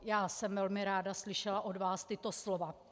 Já jsem velmi ráda slyšela od vás tato slova.